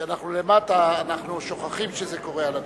כשאנחנו למטה אנחנו שוכחים שזה קורה על הדוכן.